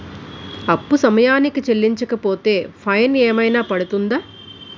అప్పు సమయానికి చెల్లించకపోతే ఫైన్ ఏమైనా పడ్తుంద?